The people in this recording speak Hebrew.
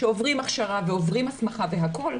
שעוברים הכשרה ועוברים הסמכה והכול,